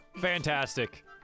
Fantastic